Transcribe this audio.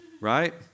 right